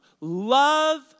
love